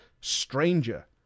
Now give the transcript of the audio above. stranger